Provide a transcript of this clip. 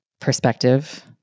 perspective